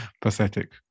Pathetic